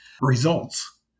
results